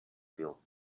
feel